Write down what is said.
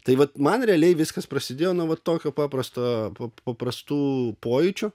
tai vat man realiai viskas prasidėjo nuo vat tokio paprasto paprastų pojūčių